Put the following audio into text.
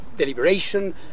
deliberation